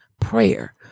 prayer